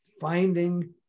finding